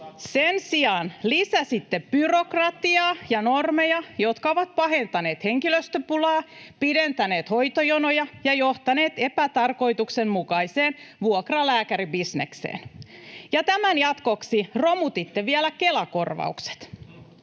Sen sijaan lisäsitte byrokratiaa ja normeja, jotka ovat pahentaneet henkilöstöpulaa, pidentäneet hoitojonoja ja johtaneet epätarkoituksenmukaiseen vuokralääkäribisnekseen. Tämän jatkoksi romutitte vielä Kela-korvaukset.